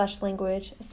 language